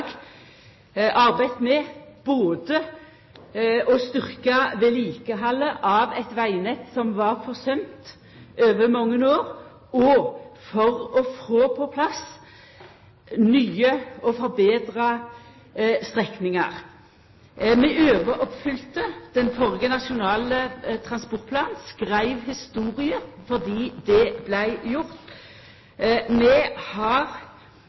med både å styrkja vedlikehaldet av eit vegnett som var forsømt over mange år, og å få på plass nye og forbetra strekningar. Vi overoppfylte den førre nasjonale transportplanen, skreiv historie fordi det